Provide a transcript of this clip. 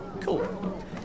Cool